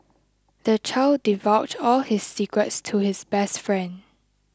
the child divulged all his secrets to his best friend